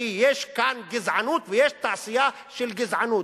כי יש כאן גזענות ויש תעשייה של גזענות.